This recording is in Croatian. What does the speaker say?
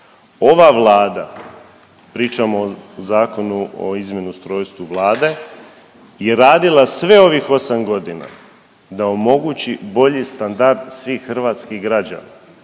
Ova Vlada, pričamo o Zakonu o izmjeni, ustrojstvu Vlade je radila sve ovih 8 godina da omogući bolji standard svih hrvatskih građana